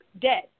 dead